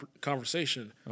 conversation